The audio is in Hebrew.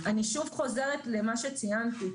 אני שוב חוזרת למה שציינתי.